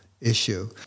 issue